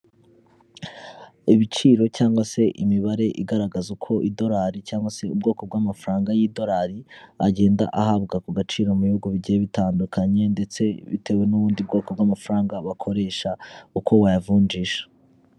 Ibiciro cyangwa se imibare igaragaza uko idolari cyangwa se ubwoko bw'amafaranga y'idolari agenda ahabwa ku gaciro mu bihugu bigiye bitandukanye, ndetse bitewe n'ubundi bwoko bw'amafaranga wakoresha, uko bayavunjisha.